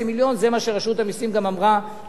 זה מה שרשות המסים גם אמרה בוועדה,